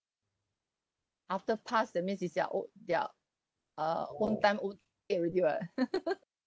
after pass that means is their o~ their uh own time own get already [what]